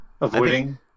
Avoiding